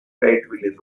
fayetteville